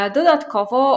Dodatkowo